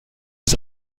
ist